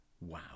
Wow